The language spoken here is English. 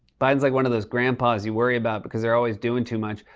biden is like one of those grandpas you worry about because they're always doing too much.